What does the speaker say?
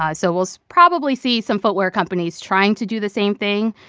ah so we'll so probably see some footwear companies trying to do the same thing.